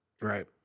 right –